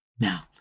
Now